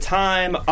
time